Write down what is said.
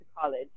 college